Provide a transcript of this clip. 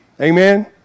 Amen